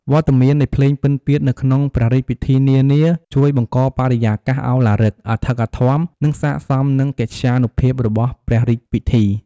វត្តមាននៃភ្លេងពិណពាទ្យនៅក្នុងព្រះរាជពិធីនានាជួយបង្កបរិយាកាសឱឡារិក អធិកអធម និងស័ក្តិសមនឹងកិត្យានុភាពរបស់ព្រះរាជពិធី។